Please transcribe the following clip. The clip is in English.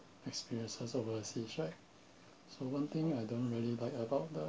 experiences overseas right so one thing I don't really like about the